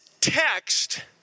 text